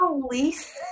police